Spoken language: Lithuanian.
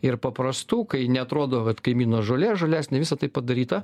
ir paprastų kai neatrodo vat kaimyno žolė žalesnė visa tai padaryta